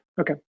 Okay